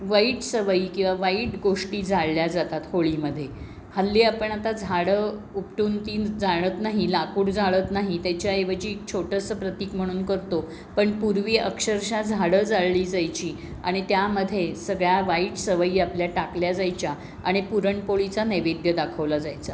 वाईट सवयी किंवा वाईट गोष्टी झाडल्या जातात होळीमध्ये हल्ली आपण आता झाडं उपटून तीन जाणत नाही लाकूड जाळत नाही त्याच्याऐवजी छोटंसं प्रतीक म्हणून करतो पण पूर्वी अक्षरशः झाडं जाळली जायची आणि त्यामध्ये सगळ्या वाईट सवयी आपल्या टाकल्या जायच्या आणि पुरणपोळीचा नैवेद्य दाखवला जायचा